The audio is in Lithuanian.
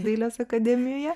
dailės akademijoje